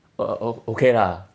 o~ o~ o~ okay lah